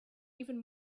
even